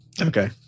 Okay